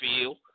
feel